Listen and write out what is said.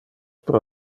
pro